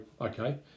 okay